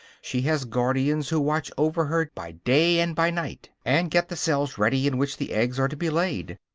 she has guardians who watch over her by day and by night, and get the cells ready in which the eggs are to be laid.